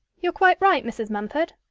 you're quite right, mrs. mumford.